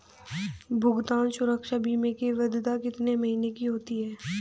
भुगतान सुरक्षा बीमा की वैधता कितने महीनों की होती है?